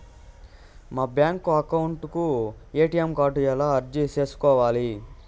మా bank account కు ATM card ఎలా అర్జీ సేసుకోవాలి?